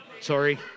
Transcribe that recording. Sorry